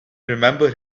remember